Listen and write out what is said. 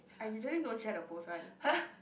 I usually don't share the post one